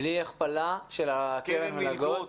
בלי הכפלה של קרן המלגות?